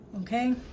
okay